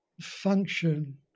function